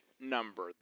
number